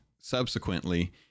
subsequently